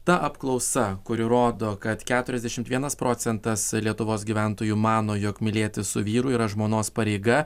ta apklausa kuri rodo kad keturiasdešimt vienas procentas lietuvos gyventojų mano jog mylėtis su vyru yra žmonos pareiga